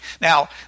Now